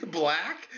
black